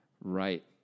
Right